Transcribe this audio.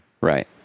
Right